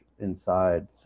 inside